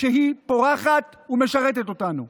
שהיא פורחת ומשרתת אותנו.